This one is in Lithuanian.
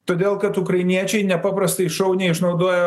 todėl kad ukrainiečiai nepaprastai šauniai išnaudojo